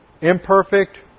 imperfect